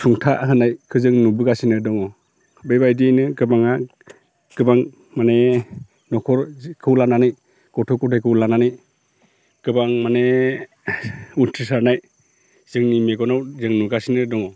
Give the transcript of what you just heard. सुंथा होनायखो जोङो नुबोगासिनो दङ बेबायदियैनो गोबाङा गोबां माने न'खरखौ लानानै गथ' गथाइखौ लानानै गोबां माने उथ्रिसारनाय जोंनि मेगनाव जों नुगासिनो दङ